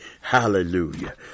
Hallelujah